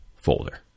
folder